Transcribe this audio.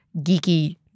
geeky